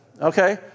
Okay